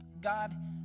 God